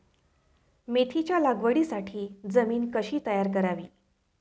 मेथीच्या लागवडीसाठी जमीन कशी तयार करावी?